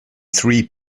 three